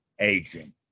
aging